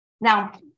Now